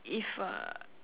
if uh